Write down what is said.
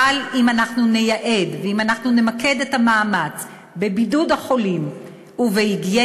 אבל אם אנחנו נייעד ואם אנחנו נמקד את המאמץ בבידוד החולים ובהיגיינה,